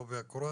לעובי הקורה,